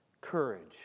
courage